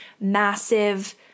massive